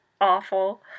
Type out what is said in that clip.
awful